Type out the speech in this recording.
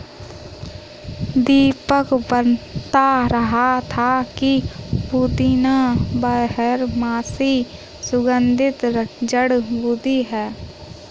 दीपक बता रहा था कि पुदीना बारहमासी सुगंधित जड़ी बूटी है